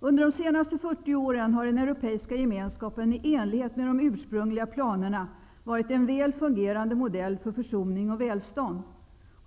Under de senaste 40 åren har den europeiska gemenskapen i enlighet med de ursprungliga planerna varit en väl fungerande modell för försoning och välstånd.